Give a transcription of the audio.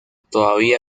todavía